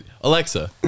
Alexa